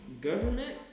government